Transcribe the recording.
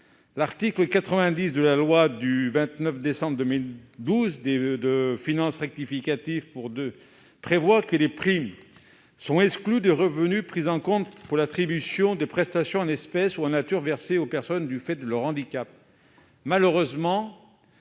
L'article 90 de la loi du 29 décembre 2012 de finances rectificative pour 2012 prévoit que les primes « sont exclues des revenus pris en compte pour l'attribution des prestations en espèces ou en nature versées aux personnes du fait de leur handicap ». Malheureusement,